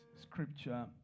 scripture